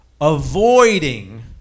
avoiding